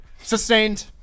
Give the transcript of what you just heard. Sustained